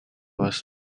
was